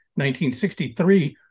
1963